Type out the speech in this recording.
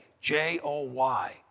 J-O-Y